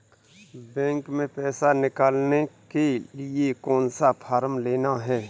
Bank में पैसा निकालने के लिए कौन सा फॉर्म लेना है?